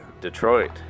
Detroit